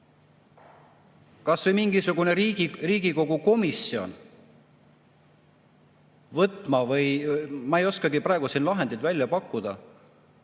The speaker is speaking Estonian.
kas või mingisugune Riigikogu komisjon võtma – ma ei oskagi praegu siin lahendit välja pakkuda